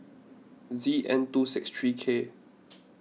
Z N two six three K